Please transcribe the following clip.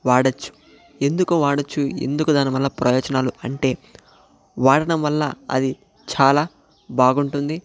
వాడవచ్చు ఎందుకు వాడవచ్చు ఎందుకు దానివల్ల ప్రయోజనాలు అంటే వాడటం వల్ల అది చాలా బాగుంటుంది